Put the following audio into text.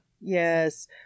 Yes